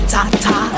Ta-ta